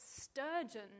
sturgeon